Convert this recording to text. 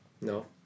No